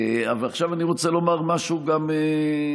עכשיו אני רוצה לומר משהו גם לך,